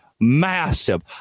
massive